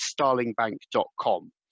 starlingbank.com